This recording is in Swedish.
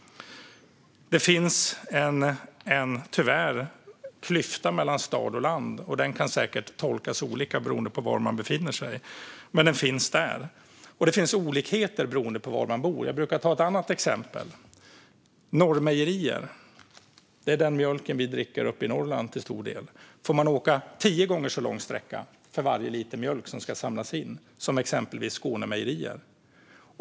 Det finns tyvärr en klyfta mellan stad och land, och den kan säkert tolkas olika beroende på var man befinner sig. Men den finns där. Och det finns olikheter beroende på var man bor. Jag brukar ta ett annat exempel: Norrmejerier. Det är därifrån den mjölk vi dricker uppe i Norrland till stor del kommer. Norrmejerier får åka en tio gånger så lång sträcka för varje liter mjölk som ska samlas in som exempelvis Skånemejerier.